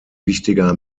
wichtiger